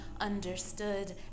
understood